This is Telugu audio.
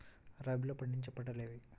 రబీలో పండించే పంటలు ఏవి?